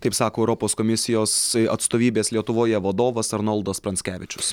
taip sako europos komisijos atstovybės lietuvoje vadovas arnoldas pranckevičius